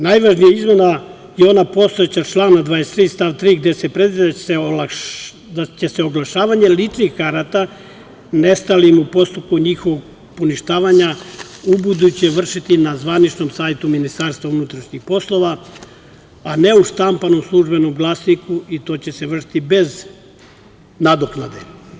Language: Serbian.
Najnovija izmena je ona postojeća člana 23. stav 3. gde se predviđa da će se oglašavanje ličnih karata nestalim u postupku njihovog poništavanja ubuduće vršiti na zvaničnom sajtu Ministarstva unutrašnjih poslova, a ne u štampanom „Službenom glasniku“ i to će se vršiti bez nadoknade.